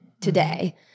today